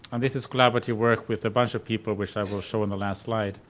this is collaborative work with a bunch of people which i will show in the last slide.